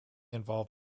involve